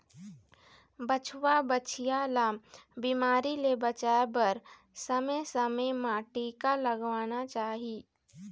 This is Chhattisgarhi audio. बछवा, बछिया ल बिमारी ले बचाए बर समे समे म टीका लगवाना चाही